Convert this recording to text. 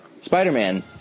Spider-Man